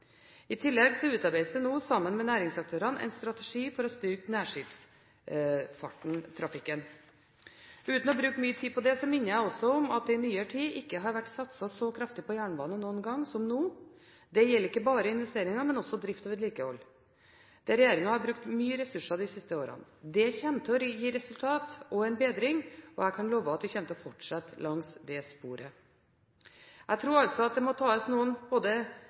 I tillegg utarbeides det nå, sammen med næringsaktørene, en strategi for å styrke nærskipsfarten/trafikken. Uten å bruke mye tid på dette minner jeg om at det i nyere tid ikke har vært satset så kraftig på jernbane noen gang som nå. Det gjelder ikke bare investeringer, men også drift og vedlikehold, der regjeringen har brukt mye ressurser de siste årene. Det kommer til å gi resultater og en bedring, og jeg kan love at vi kommer til å fortsette langs det sporet. Jeg tror altså at det må tas både noen